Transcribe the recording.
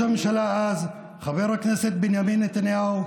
הממשלה אז חבר הכנסת בנימין נתניהו,